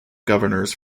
governors